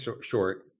short